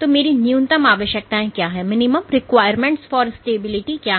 तो मेरी न्यूनतम आवश्यकताएं क्या हैं आप क्या देखते